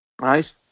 right